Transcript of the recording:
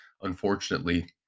unfortunately